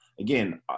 Again